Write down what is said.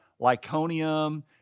Lyconium